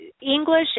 English